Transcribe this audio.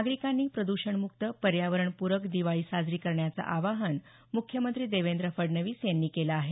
नागरिकांनी प्रद्षणमुक्त पर्यावरणपूरक दिवाळी साजरी करण्याचं आवाहन मुख्यमंत्री देवेंद्र फडणवीस यांनी केलं आहे